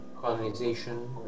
colonization